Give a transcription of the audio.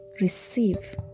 receive